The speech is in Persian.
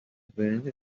برنج